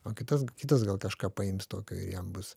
o kitas kitas gal kažką paims tokio ir jam bus